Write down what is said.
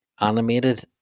animated